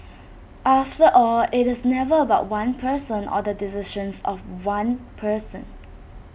after all IT is never about one person or the decisions of one person